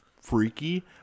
freaky